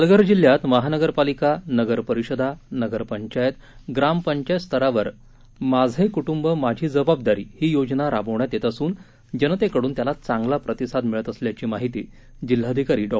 पालघर जिल्ह्यात महानगरपालिका नगरपरिषदा नगरपंचायत ग्राम पंचायत स्तरावर माझे कुटुंब माझी जबाबदारी ही योजना राबवण्यात येत असून जनतेकडून त्याला चांगला प्रतिसाद मिळत असल्याची माहिती जिल्हाधिकारी डॉ